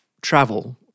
travel